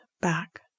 back